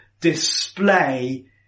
display